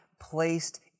placed